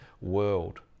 world